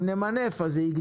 אם נמנף, אז זה יגדל.